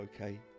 okay